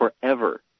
forever